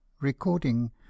recording